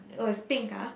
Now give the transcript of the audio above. oh it's pink ah